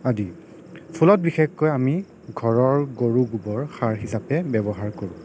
আদি ফুলত বিশেষকৈ আমি ঘৰৰ গৰু গোবৰ সাৰ হিচাপে ব্যৱহাৰ কৰোঁ